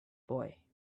boy